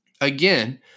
Again